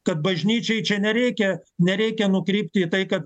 kad bažnyčiai čia nereikia nereikia nukreipti į tai kad